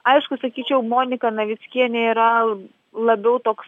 aišku sakyčiau monika navickienė yra labiau toks